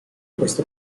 questo